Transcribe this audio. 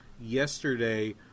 yesterday